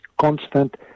constant